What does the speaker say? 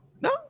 No